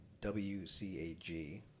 WCAG